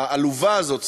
העלובה הזאת,